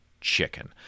chicken